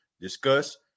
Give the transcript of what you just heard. discuss